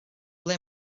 ble